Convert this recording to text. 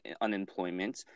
unemployment